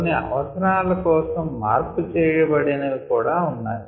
కొన్ని అవసరాల కోసం మార్పు చేయబడినవి కూడా ఉన్నాయి